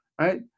right